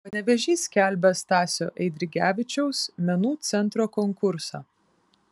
panevėžys skelbia stasio eidrigevičiaus menų centro konkursą